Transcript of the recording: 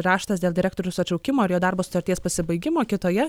raštas dėl direktoriaus atšaukimo ir jo darbo sutarties pasibaigimo kitoje